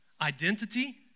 Identity